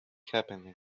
happening